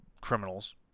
criminals